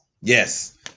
Yes